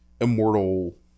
Immortal